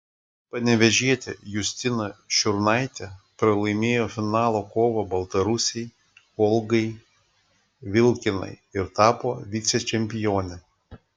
panevėžietė justina šiurnaitė pralaimėjo finalo kovą baltarusei olgai vilkinai ir tapo vicečempione